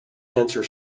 answer